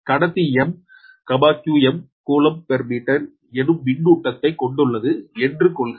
கடத்தி m qm coulomb per metre எனும் மின்னூட்டத்தை கொண்டுள்ளது என்று கொள்க